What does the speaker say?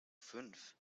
fünf